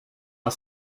are